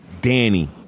Danny